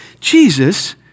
Jesus